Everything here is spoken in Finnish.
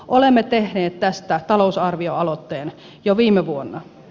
olemme tehneet tästä talousarvioaloitteen jo viime vuonna